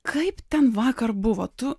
kaip ten vakar buvo tu